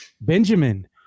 Benjamin